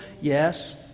Yes